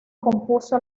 compuso